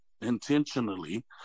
intentionally